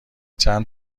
چند